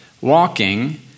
walking